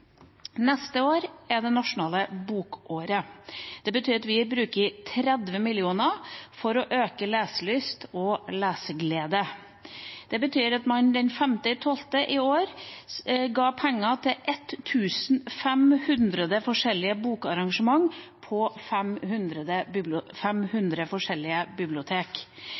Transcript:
Neste år er det nasjonale bokåret. Det betyr at vi bruker 30 mill. kr for å øke leselyst og leseglede. Det betyr at man den 5. desember i år ga penger til 1 500 forskjellige bokarrangementer på 500 forskjellige